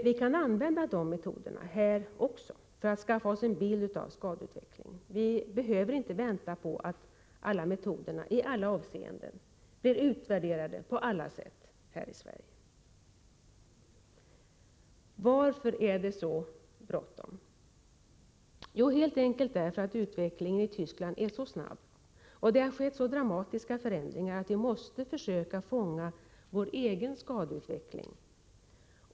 Vi kan använda dessa metoder också här, för att skaffa oss en uppfattning om skadeutvecklingen. Vi behöver inte vänta på att alla metoder blir utvärderade i alla avseenden här i Sverige. Varför är det så bråttom? Helt enkelt därför att utvecklingen i Tyskland är så snabb och att det har skett så dramatiska förändringar att vi måste försöka fånga vår egen skadeutveckling.